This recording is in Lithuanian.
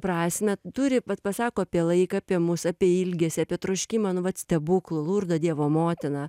prasmę turi vat pasako apie laiką apie mus apie ilgesį apie troškimą nu vat stebuklų lurdo dievo motiną